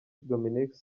dominique